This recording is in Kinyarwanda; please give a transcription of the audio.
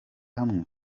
hamwe